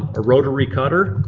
a rotary cutter,